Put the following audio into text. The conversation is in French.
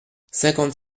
cinquante